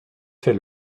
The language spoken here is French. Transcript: fait